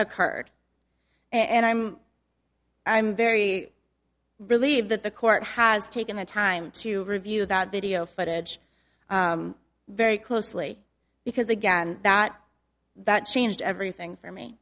occurred and i'm i'm very relieved that the court has taken the time to review that video footage very closely because again that that changed everything for me